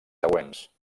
següents